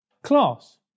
Class